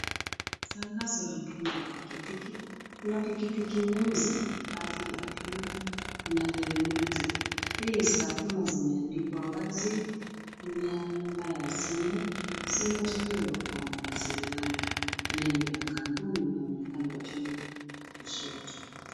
Tangazo la bima ya pikipiki, Ina pikipiki nyeusi kati ya bima na helmeti. Bei za bima zimeandikwa wazi. Namba za simu zimetolewa kwa mawasiliano. Nembo ya kampuni inaonekana juu kushoto.